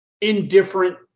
indifferent